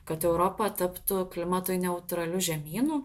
kad europa taptų klimatui neutraliu žemynu